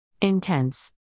Intense